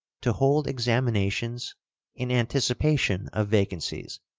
to hold examinations in anticipation of vacancies,